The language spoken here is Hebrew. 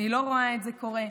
אני לא רואה את זה קורה.